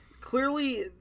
Clearly